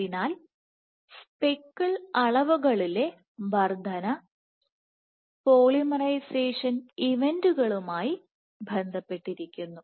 അതിനാൽ സ്പെക്കിൾ അളവുകളിലെ വർദ്ധന പോളിമറൈസേഷൻ ഇവന്റുകളുമായി ബന്ധപ്പെട്ടിരിക്കുന്നു